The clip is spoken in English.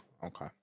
Okay